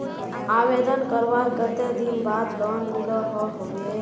आवेदन करवार कते दिन बाद लोन मिलोहो होबे?